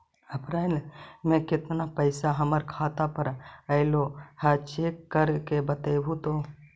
अप्रैल में केतना पैसा हमर खाता पर अएलो है चेक कर के बताहू तो?